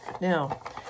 Now